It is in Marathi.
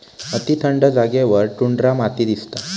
अती थंड जागेवर टुंड्रा माती दिसता